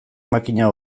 makina